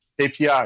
API